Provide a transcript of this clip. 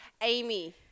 Amy